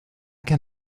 can